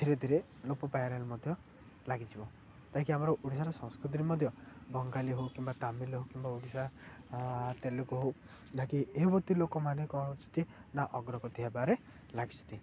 ଧୀରେ ଧୀରେ ଲୋପ ମଧ୍ୟ ଲାଗିଯିବ ଯାହାକି ଆମର ଓଡ଼ିଶାର ସଂସ୍କୃତିରେ ମଧ୍ୟ ବଙ୍ଗାଳୀ ହଉ କିମ୍ବା ତାମିଲ ହଉ କିମ୍ବା ଓଡ଼ିଶା ତେଲୁଗୁ ହଉ ଯାହାକି ଏ ଲୋକମାନେ କ'ଣ ହଉଛନ୍ତି ନା ଅଗ୍ରଗତି ହେବାରେ ଲାଗିଛନ୍ତି